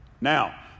Now